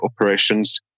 operations